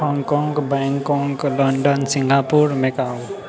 hog kong Bangkok London Singapore Macao